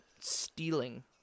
stealing